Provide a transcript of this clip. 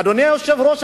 אדוני היושב-ראש,